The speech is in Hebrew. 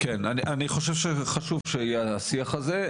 אני חושב שחשוב שיהיה את השיח הזה,